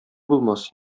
булмас